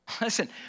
Listen